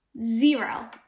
zero